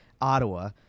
Ottawa